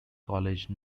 college